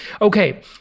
Okay